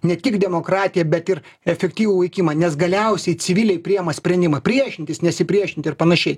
ne tik demokratiją bet ir efektyvų veikimą nes galiausiai civiliai priema sprendimą priešintis nesipriešinti ir panašiai